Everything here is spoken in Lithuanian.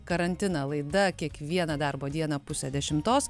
karantiną laida kiekvieną darbo dieną pusę dešimtos